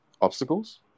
obstacles